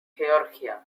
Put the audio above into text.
georgia